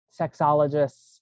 sexologists